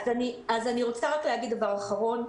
אני רוצה להגיד רק דבר אחרון.